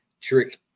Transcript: Trick